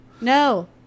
no